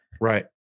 Right